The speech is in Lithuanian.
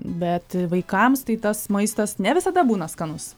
bet vaikams tai tas maistas ne visada būna skanus